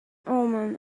omen